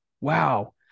wow